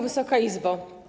Wysoka Izbo!